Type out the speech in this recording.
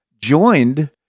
joined